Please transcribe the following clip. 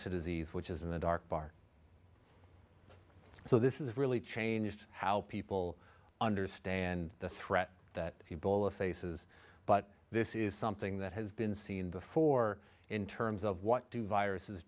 to disease which is in the dark bar so this is really changed how people understand the threat that the bullet faces but this is something that has been seen before in terms of what do viruses